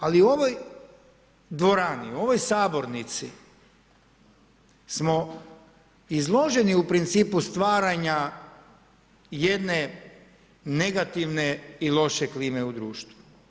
Ali u ovoj dvorani, u ovoj sabornici smo izloženi u principu stvaranja jedne negativne i loše klime u društvu.